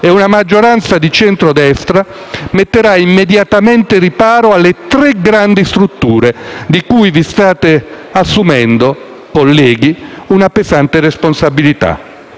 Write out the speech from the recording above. e una maggioranza di centrodestra metterà immediatamente riparo alle tre grandi storture di cui vi state assumendo, colleghi, la pesante responsabilità.